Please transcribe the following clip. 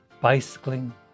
bicycling